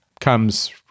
comes